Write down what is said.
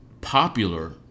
popular